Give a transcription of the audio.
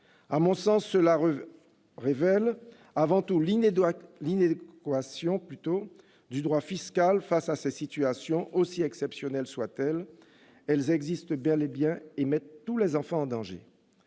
À mon sens, cela révèle avant tout l'inadéquation du droit actuel face à ces situations. Aussi exceptionnelles soient-elles, elles existent bel et bien et mettent tous les enfants en danger.